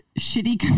shitty